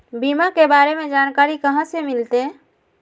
बीमा के बारे में जानकारी कहा से मिलते?